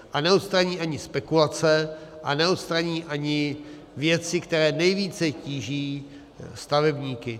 A neodstraní ani spekulace a neodstraní ani věci, které nejvíce tíží stavebníky.